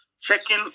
checking